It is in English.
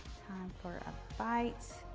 for a bite.